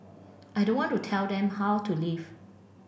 I don't want to tell them how to live